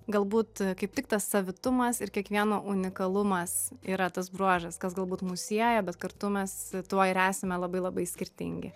galbūt kaip tik tas savitumas ir kiekvieno unikalumas yra tas bruožas kas galbūt mus sieja bet kartu mes tuo ir esame labai labai skirtingi